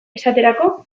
esaterako